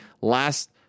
last